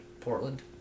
Portland